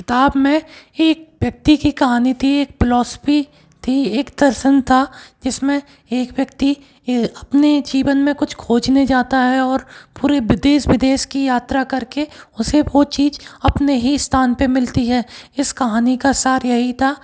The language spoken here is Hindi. किताब में एक व्यक्ति की कहानी थी एक पिलॉसिपी थी एक दर्शन था जिस में एक व्यक्ति अपने जीवन में कुछ खोजने जाता है और पूरे विदेश विदेश की यात्रा कर के उसे वो चीज़ अपने ही स्थान पर मिलती है इस कहानी का यही सार था